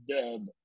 dub